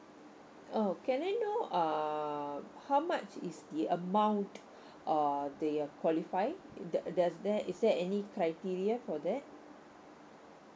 oh can I know um how much is the amount uh they are qualify does does there is there any criteria for that